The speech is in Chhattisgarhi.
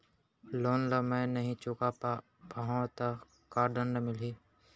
लोन ला मैं नही चुका पाहव त का दण्ड मिलही?